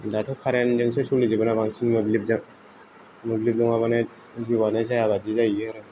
दाथ' कारेन्तजोंसो सोलिजोबो ना बांसिन मोब्लिबजों मोब्लिब नङाबानो जिउआनो जाया बादि जायो आरो